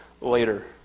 later